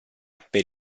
per